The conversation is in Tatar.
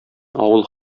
авыл